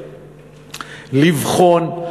לבחון,